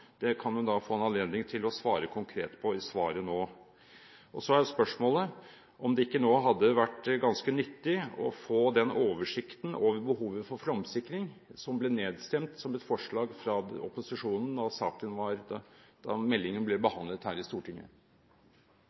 Det kan hun få anledning til å svare konkret på i svaret nå. Spørsmålet er om det nå ikke hadde vært ganske nyttig å få oversikt over behovet for flomsikring, et forslag fra opposisjonen som ble nedstemt da meldingen ble behandlet her i Stortinget.